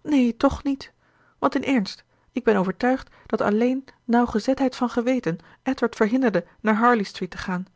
neen tch niet want in ernst ik ben overtuigd dat alleen nauwgezetheid van geweten edward verhinderde naar harley street te gaan